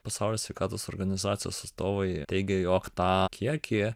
pasaulio sveikatos organizacijos atstovai teigė jog tą kiekį